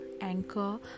Anchor